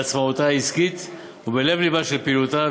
בעצמאותה העסקית ובלב-לבה של פעילותה,